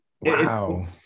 wow